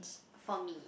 for me